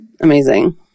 Amazing